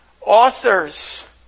authors